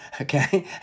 Okay